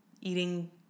eating